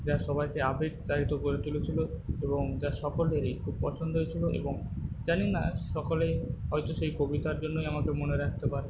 যা সবাইকে আবেগ তাড়িত করে তুলেছিলো এবং যা সকলেরই খুব পছন্দ হয়েছিলো এবং জানি না সকলেই হয়তো সেই কবিতার জন্যই আমাকে মনে রাখতে পারে